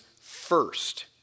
first